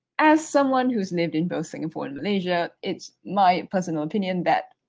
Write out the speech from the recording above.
as someone who's lived in both singapore and malaysia, it's my personal opinion that